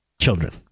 children